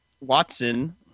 Watson